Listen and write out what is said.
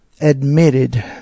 admitted